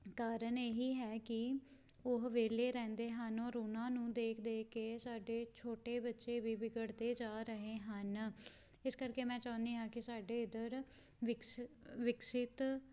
ਕਾਰਨ ਇਹੀ ਹੈ ਕਿ ਉਹ ਵਿਹਲੇ ਰਹਿੰਦੇ ਹਨ ਉਹਨਾ ਨੂੰ ਦੇਖ ਦੇਖ ਦੇ ਕੇ ਸਾਡੇ ਛੋਟੇ ਬੱਚੇ ਵੀ ਵਿਗੜਦੇ ਜਾ ਰਹੇ ਹਨ ਇਸ ਕਰਕੇ ਮੈਂ ਚਾਹੁੰਦੀ ਹਾਂ ਕਿ ਸਾਡੇ ਇੱਧਰ ਵਿਕਸ ਵਿਕਸਿਤ